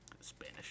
Spanish